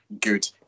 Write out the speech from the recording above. good